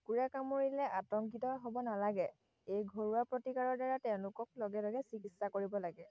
কুকুৰে কামুৰিলে আতংকিত হ'ব নালাগে এই ঘৰুৱা প্ৰতিকাৰৰ দ্বাৰা তেওঁলোকক লগে লগে চিকিৎসা কৰিব লাগে